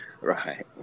Right